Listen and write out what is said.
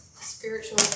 Spiritual